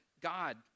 God